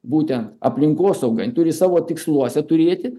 būtent aplinkosauga ji turi savo tiksluose turėti